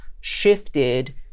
shifted